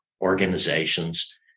organizations